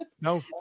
No